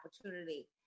opportunity